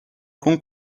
con